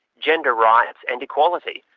gender rights and equality.